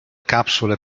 capsule